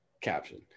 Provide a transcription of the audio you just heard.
caption